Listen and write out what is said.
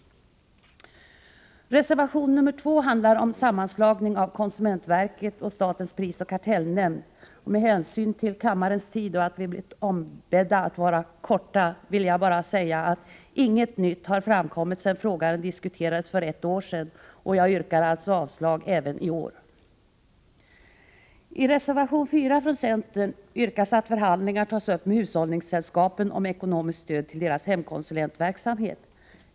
Reservation nr 2 handlar om sammanslagning av konsumentverket och statens prisoch kartellnämnd. Med hänsyn till att vi av tidsskäl har ombetts att fatta oss kort, vill jag bara säga att inget nytt har framkommit sedan frågan diskuterades för ett år sedan. Jag yrkar alltså avslag även i år. I reservation nr 4 från centern yrkas att förhandlingar tas upp med hushållningssällskapen om ekonomiskt stöd till deras hemkonsulentverksamhet.